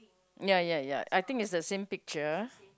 ya ya ya I think is the same picture